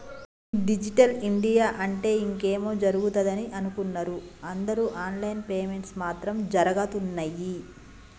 ఈ digital India అంటే ఇంకేమో జరుగుతదని అనుకున్నరు అందరు ఆన్ లైన్ పేమెంట్స్ మాత్రం జరగుతున్నయ్యి